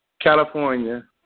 California